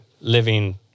living